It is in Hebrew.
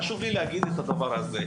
חשוב לי להגיד גם את הדבר הזה.